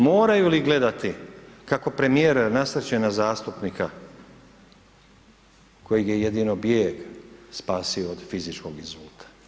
Moraju li gledati kako premijer nasrće na zastupnika kojeg je jedino bijeg spasio od fizičkog inzulta?